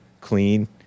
clean